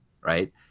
right